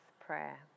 prayer